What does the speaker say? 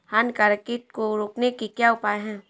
हानिकारक कीट को रोकने के क्या उपाय हैं?